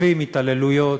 חושפים התעללויות,